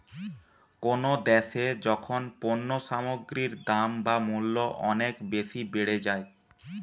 কোনো দ্যাশে যখন পণ্য সামগ্রীর দাম বা মূল্য অনেক বেশি বেড়ে যায়